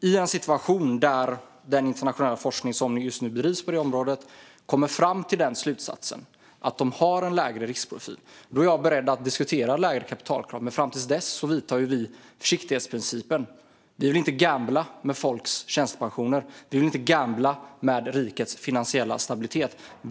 I en situation där den internationella forskning som bedrivs på detta område kommer fram till att de har en lägre riskprofil är jag beredd att diskutera lägre kapitalkrav, men fram till dess gäller försiktighetsprincipen. Vi vill inte gambla med folks tjänstepensioner eller rikets finansiella stabilitet.